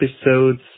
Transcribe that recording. episode's